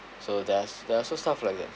so there's there are also stuff like that